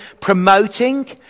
promoting